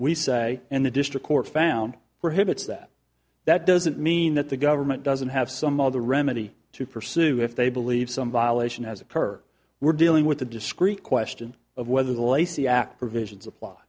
we say and the district court found for him it's that that doesn't mean that the government doesn't have some other remedy to pursue if they believe some violation has occur we're dealing with a discreet question of whether the lacie act provisions